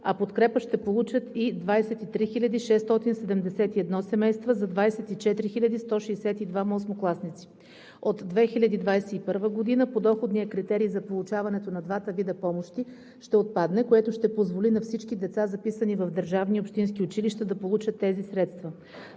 а подкрепа ще получат и 23 671 семейства за 24 162 осмокласници. От 2021 г. подоходният критерий за получаването на двата вида помощи ще отпадне, което ще позволи на всички деца, записани в държавни и общински училища, да получат тези средства.